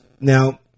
now